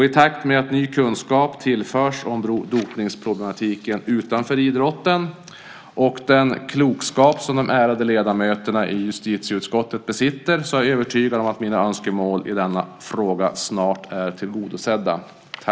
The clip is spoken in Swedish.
I takt med att ny kunskap tillförs om dopningsproblematiken utanför idrotten och den ökande klokskap som de ärade ledamöterna i justitieutskottet besitter är jag övertygad om att mina önskemål i denna fråga snart är tillgodosedda.